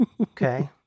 Okay